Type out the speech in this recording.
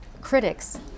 critics